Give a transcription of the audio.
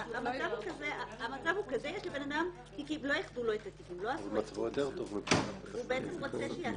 לא איחדו לא את התיקים, לא עשו איחוד והוא רוצה.